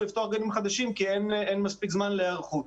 לפתוח גנים חדשים כי אין מספיק זמן להיערכות.